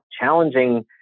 challenging